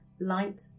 light